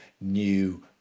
new